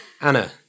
Anna